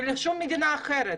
ולשום מדינה אחרת,